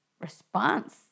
response